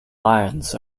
lions